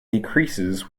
decreases